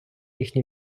їхні